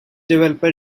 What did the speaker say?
developer